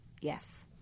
yes